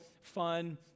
fun